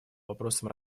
вопросам